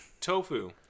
Tofu